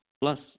Plus